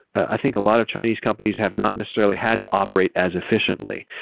i think a lot of chinese companies have not necessarily had to operate as efficiently,